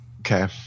Okay